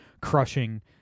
crushing